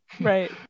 Right